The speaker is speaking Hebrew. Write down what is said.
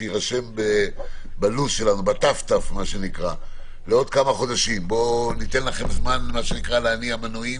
שיירשם בלו"ז שלנו לעוד כמה חודשים ניתן לכם זמן להניע מנועים.